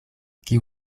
kiu